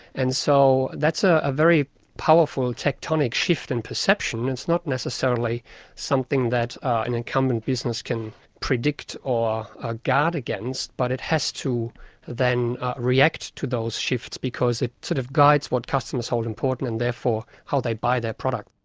and so that's a ah very powerful tectonic shift in perception. it's not necessarily something that an incumbent business can predict or ah guard against, but it has to then react to those shifts because it sort of guides what customers hold important and therefore how they buy their product.